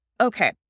Okay